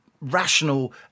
rational